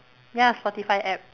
ya Spotify app